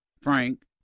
Frank